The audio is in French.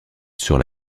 sur